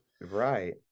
Right